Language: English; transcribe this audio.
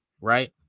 right